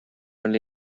only